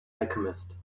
alchemist